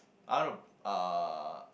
I want to uh